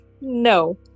No